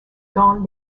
dans